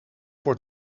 word